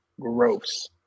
Gross